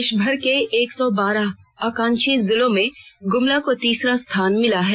देशभर के एक सौ बारह आकांक्षी जिलों में गुमला को तीसरा स्थान मिला है